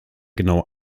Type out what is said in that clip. genau